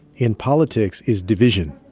in politics is division,